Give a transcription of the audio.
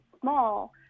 small